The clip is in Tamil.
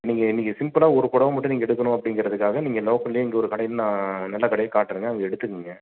நீங்கள் இன்றைக்கு சிம்பிளாக ஒரு புடவ மட்டும் நீங்கள் எடுக்கணும் அப்படிங்கறதுக்காக நீங்கள் லோக்கலிலே இங்கே ஒரு கடையில் நான் நல்ல கடையை காட்டுறேங்க அங்கே எடுத்துக்கோங்க